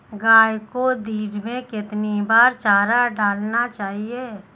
गाय को दिन में कितनी बार चारा डालना चाहिए?